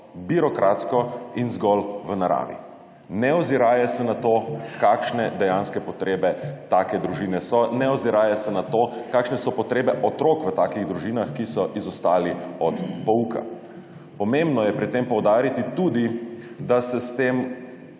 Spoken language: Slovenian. birokratsko in zgolj v naravi, ne oziraje se na to, kakšne dejanske potrebe take družine imajo, ne oziraje se na to, kakšne so potrebe otrok v takih družinah, ki so izostali od pouka. Pomembno je pri tem poudariti tudi, da se s tem